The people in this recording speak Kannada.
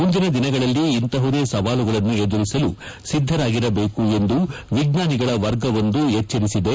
ಮುಂದಿನ ದಿನಗಳಲ್ಲಿ ಇಂತಹವುದೇ ಸವಾಲುಗಳನ್ನು ಎದುರಿಸಲು ಸಿದ್ದರಾಗಿರಬೇಕು ಎಂದು ವಿಜ್ವಾನಿಗಳ ವರ್ಗವೊಂದು ಎಚ್ಲರಿಸಿದೆ